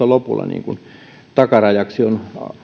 lopulla niin kuin takarajaksi on